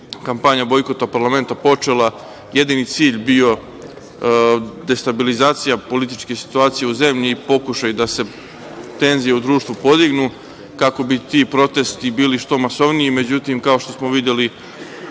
kampanja bojkota parlamenta počela jedini cilj bio destabilizacija političke situacije u zemlji i pokušaji da se tenzije u društvu podignu kako bi ti protesti bili što masovniji.Međutim, kao što smo videli,